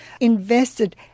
invested